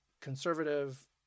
conservative